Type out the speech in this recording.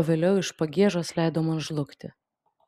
o vėliau iš pagiežos leido man žlugti